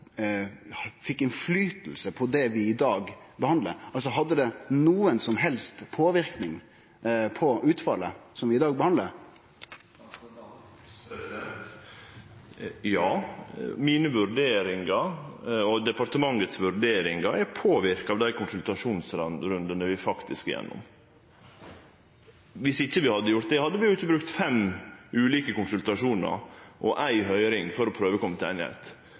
helst måte fekk innverknad på det vi i dag behandlar. Hadde det nokon som helst påverknad på utfallet som vi i dag behandlar? Ja. Mine og departementets vurderingar er påverka av dei konsultasjonsrundane vi faktisk har vore igjennom. Dersom det ikkje hadde vore slik, hadde vi ikkje brukt fem ulike konsultasjonar og ei høyring for å prøve